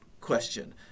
question